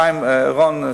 חיים אורון,